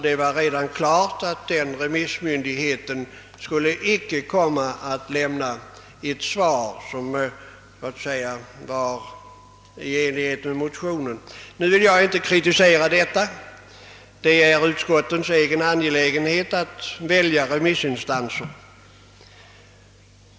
Det var därmed redan klart att denna remissmyndighet icke skulle komma att ge ett svar i enlighet med motionens syfte. Jag vill inte kritisera detta; det är utskottens egen angelägenhet att välja remissinstanser.